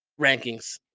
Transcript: rankings